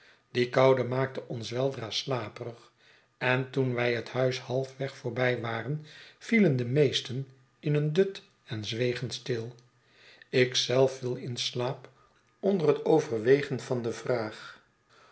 die koude maakte ons weldra slaperig en toen wij het huis halfweg voorbij waren vielen de meesten in een dut en zwegen stil ik zelf viel in slaap onder het overwegen van de vraag